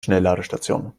schnellladestation